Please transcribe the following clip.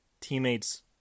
teammates